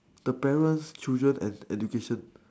the parents chooses an education